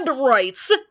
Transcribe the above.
rights